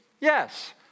Yes